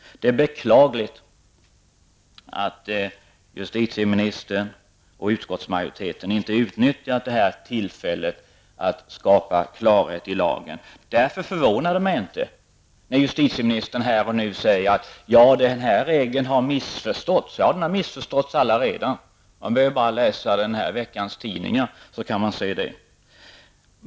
Det är beklagligt att justitieministern och utskottsmajoriteten inte har utnyttjat detta tillfälle till att skapa klarhet i lagen. Därför förvånar det mig inte när justitieministern här och nu sade att den här regeln har missförståtts. Ja, den har missförståtts allaredan. Man behöver bara läsa den här veckans tidningar så ser man det.